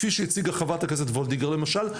כפי שהציגה חברת הכנסת וולדיגר למשל,